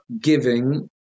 giving